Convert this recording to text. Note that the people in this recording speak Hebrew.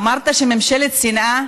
אמרת: ממשלת שנאה,